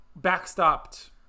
backstopped